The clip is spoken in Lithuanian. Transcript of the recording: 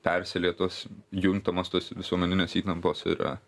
persilieja tuos juntamos tos visuomeninės įtampos ir